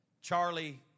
Charlie